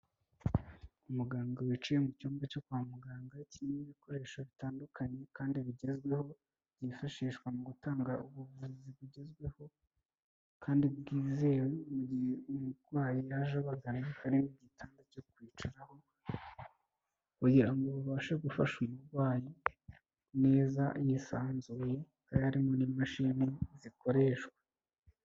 Umuganga wicaye mu cyumba cyo kwa muganga, kirimo ibikoresho bitandukanye kandi bigezweho, byifashishwa mu gutanga ubuvuzi bugezweho kandi bwizewe, mu gihe umurwayi yaje abagana hariho igitanda cyo kwicaraho, kugira ngo abashe gufasha umurwayi neza yisanzuye, aho harimo n'imashini zikoreshwa.